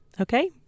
okay